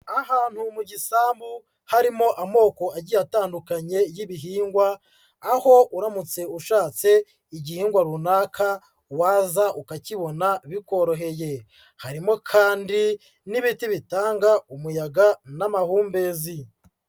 Ahantu mu gisambu harimo amoko agiye atandukanye y'ibihingwa, aho uramutse ushatse igihingwa runaka waza ukakibona bikoroheye, harimo kandi n'ibiti bitanga umuyaga n'amahumbezi.